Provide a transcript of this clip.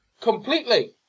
Completely